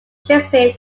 shakespeare